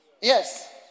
yes